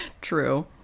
true